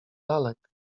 lalek